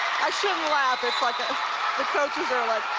i shouldn't laugh. it's like ah the coaches are like,